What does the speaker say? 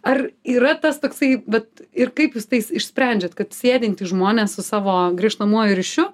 ar yra tas toksai vat ir kaip jūs tais išsprendžiant kad sėdintys žmonės su savo grįžtamuoju ryšiu